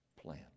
plan